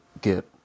get